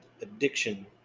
addiction